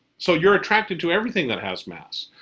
so you're attracted to everything that has mass.